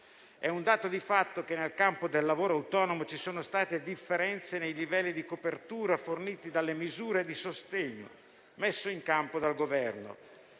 È un dato di fatto che nel campo del lavoro autonomo ci sono state differenze nei livelli di copertura forniti dalle misure di sostegno messe in campo dal Governo,